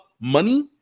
money